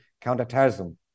counterterrorism